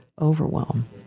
overwhelm